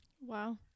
Wow